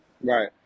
Right